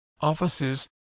offices